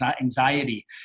anxiety